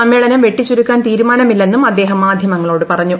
സമ്മേളനം വെട്ടിച്ചുരുക്കാൻ തീരുമാനമില്ലെന്നും അദ്ദേഹം മാധ്യമങ്ങളോട് പറഞ്ഞു